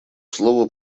слово